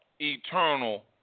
eternal